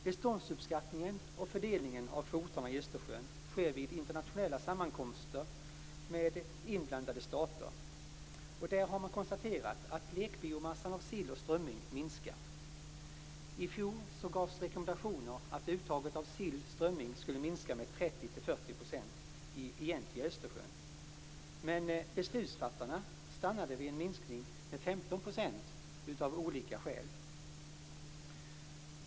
Beståndsuppskattningen och fördelningen av kvoterna i Östersjön sker vid internationella sammankomster med inblandade stater. Där har man konstaterat att lekbiomassan av sill och strömming minskar. I fjol gavs rekommendationer om att uttaget av sill/strömming skulle minska med 30-40% i egentliga Östersjön. Men beslutsfattarna stannade av olika skäl vid en minskning med 15 %.